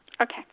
Okay